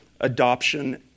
adoption